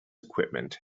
equipment